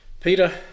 Peter